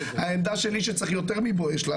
העמדה שלי שצריך יותר מ"בואש".